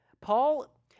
Paul